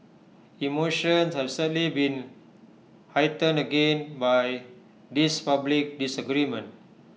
emotions have sadly been heightened again by this public disagreement